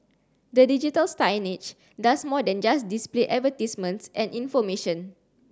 the digital signage does more than just display advertisements and information